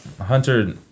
Hunter